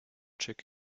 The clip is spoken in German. check